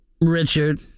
Richard